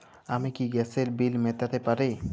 আমি কি গ্যাসের বিল মেটাতে পারি?